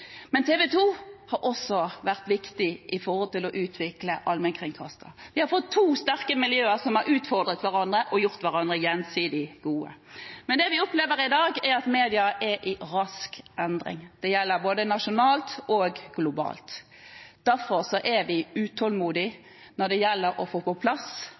har også vært viktig for å utvikle allmennkringkastingen. Vi har fått to sterke miljøer som har utfordret hverandre og gjort hverandre gjensidig gode. Men det vi opplever i dag, er at mediene er i rask endring. Det gjelder både nasjonalt og globalt. Derfor er vi utålmodige etter å få på plass